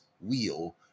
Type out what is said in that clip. wheel